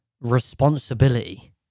responsibility